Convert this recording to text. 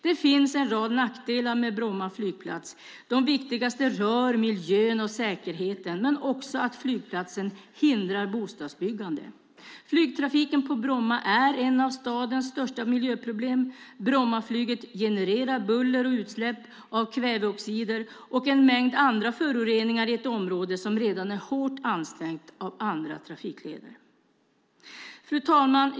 Det finns en rad nackdelar med Bromma flygplats, och de viktigaste rör miljön och säkerheten men också att flygplatsen hindrar bostadsbyggande. Flygtrafiken på Bromma är ett av stadens största miljöproblem. Brommaflyget genererar buller och utsläpp av kväveoxider och en mängd andra föroreningar i ett område som redan är hårt ansträngt av andra trafikleder. Fru talman!